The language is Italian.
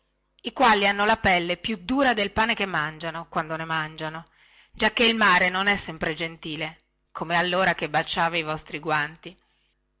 i quali hanno la pelle più dura del pane che mangiano quando ne mangiano giacchè il mare non è sempre gentile come allora che baciava i vostri guanti